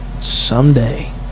someday